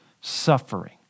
suffering